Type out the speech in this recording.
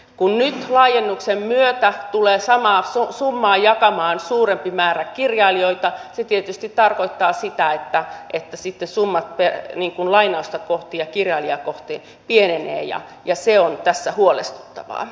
kun nyt laajennuksen myötä samaa summaa tulee jakamaan suurempi määrä kirjailijoita se tietysti tarkoittaa sitä että sitten summat lainausta kohti ja kirjailijaa kohti pienevät ja se on tässä huolestuttavaa